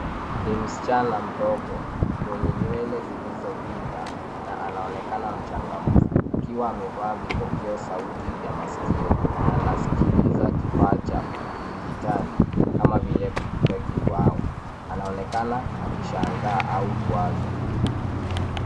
Ni msichana mdogo mwenye nywele zilizo pinda na naonekana mchangamfu akiwa amevaa vipokeo sauti vya maskio ana anasikiliza kifaa cha kidijitali kama vile kompyuta kibao. Anaonekana akishangaa au kuwaza.